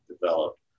developed